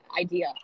idea